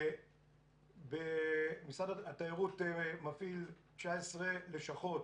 משרד התיירות מפעיל 19 לשכות